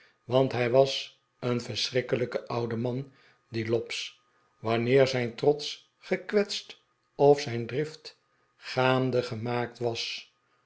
want hij was een verschrikkelijke oude man die lobbs wanneer zijn trots gekwetst of zijn drift gaande gemaakt was